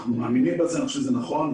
אנחנו מאמינים בזה, חושבים שזה נכון.